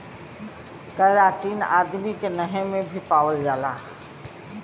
keratin आदमी के नहे में भी पावल जाला